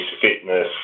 fitness